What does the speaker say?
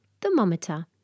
Thermometer